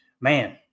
man